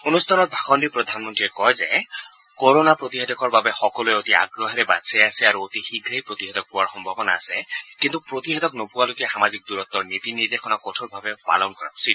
অনুষ্ঠানত ভাষণ দি প্ৰধানমন্ত্ৰীয়ে কয় যে কৰোনা প্ৰতিষেধকৰ বাবে সকলোৱে অতি আগ্ৰহেৰে বাট চাই আছে আৰু অতি শীঘ্ৰেই প্ৰতিষেধক পোৱাৰ সম্ভাৱনা আছে কিন্তু প্ৰতিষেধক নোপোৱালৈকে সামাজিক দূৰত্ব নীতি নিৰ্দেশনা কঠোৰভাবে পালন কৰা উচিত